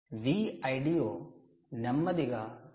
Vldo నెమ్మదిగా 0